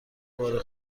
بار